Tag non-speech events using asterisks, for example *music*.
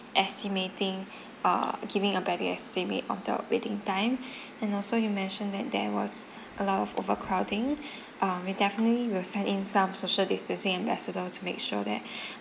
estimating uh giving a better estimate on the waiting time and also you mentioned that there was a lot of overcrowding uh we definitely will send in some social distance ambassador to make sure that *breath*